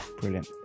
brilliant